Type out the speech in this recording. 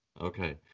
Okay